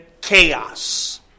chaos